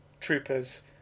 troopers